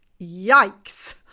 Yikes